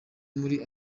muri